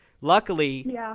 Luckily